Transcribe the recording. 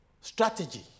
strategy